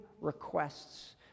requests